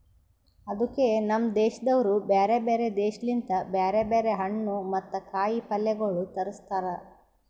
ಅದುಕೆ ನಮ್ ದೇಶದವರು ಬ್ಯಾರೆ ಬ್ಯಾರೆ ದೇಶ ಲಿಂತ್ ಬ್ಯಾರೆ ಬ್ಯಾರೆ ಹಣ್ಣು ಮತ್ತ ಕಾಯಿ ಪಲ್ಯಗೊಳ್ ತರುಸ್ತಾರ್